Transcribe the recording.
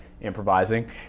improvising